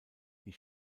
die